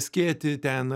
skėtį ten